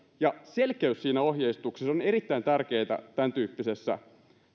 ja selkeys siinä ohjeistuksessa ovat erittäin tärkeitä tämäntyyppisessä